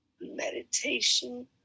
Meditation